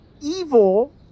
evil